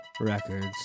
Records